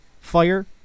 fire